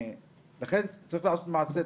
לכן צריך לעשות מעשה.